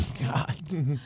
God